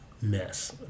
mess